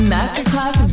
Masterclass